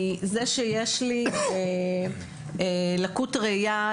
היא זה שיש לי לקות ראיה,